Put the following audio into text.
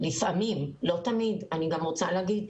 סייעת אבל לא תמיד, אני חייבת להגיד.